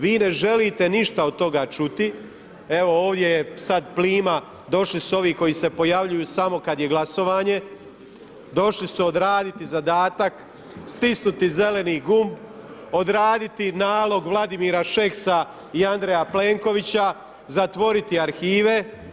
Vi ne želite ništa od toga čuti, evo ovdje je sada plima, došli su ovi koji se pojavljuju samo kada je glasovanje, došli su odraditi zadatak, stisnuti zeleni gumb, odraditi nalog Vladimira Šeksa i Andreja Plenkovića, zatvoriti arhive.